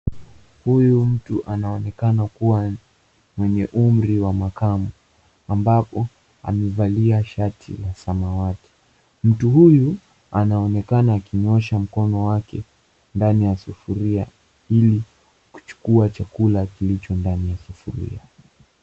Huyu mtu anaonekana kua mwenye umri wa makamu, ambapo amevalia shati ya samawati. Mtu huyu anaonekana akinyoosha mkono wake ndani ya sufuria ili kuchukua chakula kilicho ndani ya sufuria.